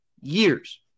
years